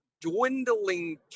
dwindling